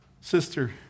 sister